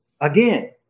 Again